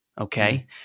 Okay